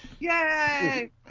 Yay